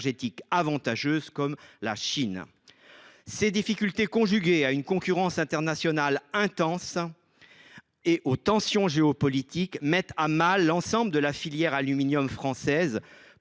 énergétiques avantageuses, comme en Chine. Ces difficultés conjuguées à une concurrence internationale intense et aux tensions géopolitiques mettent à mal l’ensemble de la filière aluminium française,